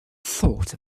thought